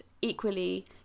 equally